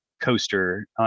coaster